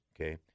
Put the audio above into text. okay